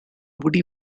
woody